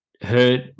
hurt